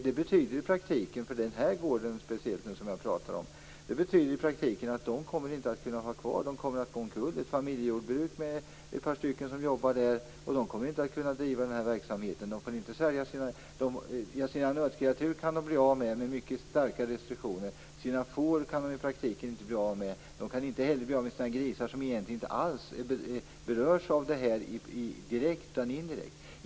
Det betyder i praktiken att den här gården kommer att gå omkull. Det är ett familjejordbruk med ett par stycken som jobbar, och de kommer inte att kunna driva verksamheten. De kan bli av med sina nötkreatur under mycket starka restriktioner. De kan i praktiken inte bli av med sina får. De kan inte heller bli av med sina grisar, som egentligen inte alls berörs av det här direkt, utan indirekt.